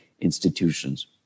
institutions